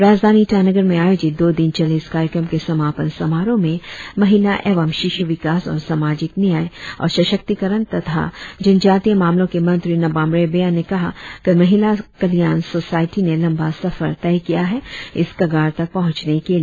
राजधानी ईटानगर में आयोजित दो दिन चले इस कार्यक्रम के समापन समारोह में महिला एवं शिश्र विकास और सामाजिक न्याय और सशक्तिकरण तथा जनजातीय मामलो के मंत्री नाबम रिबिया ने कहा कि महिला कल्याण सोसायटी ने लंबा सफर तय किया है इस कगार तक पहुचने के लिए